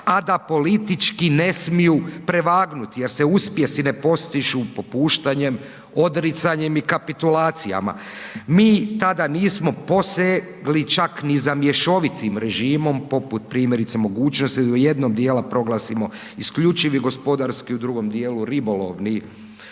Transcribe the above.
a da politički ne smiju prevagnuti jer se uspjesi ne postižu popuštanjem, odricanjem i kapitulacijama. Mi tada nismo posegli čak ni za mješovitim režimom poput primjerice mogućnosti da jednog dijela proglasimo isključivi gospodarski, u drugom dijelu ribolovni